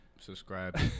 subscribe